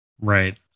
right